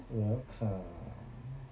welcome